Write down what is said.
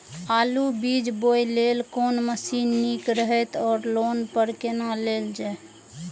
आलु बीज बोय लेल कोन मशीन निक रहैत ओर लोन पर केना लेल जाय?